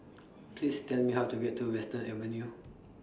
Please Tell Me How to get to Western Avenue